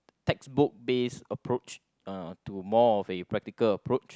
textbook based approach uh to more of a practical approach